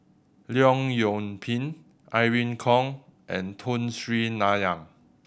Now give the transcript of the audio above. Leong Yoon Pin Irene Khong and Tun Sri Lanang